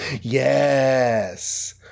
Yes